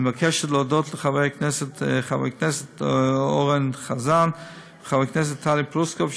אני מבקשת להודות לחבר הכנסת אורן חזן וחברת הכנסת טלי פלוסקוב,